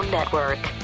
Network